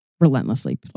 relentlessly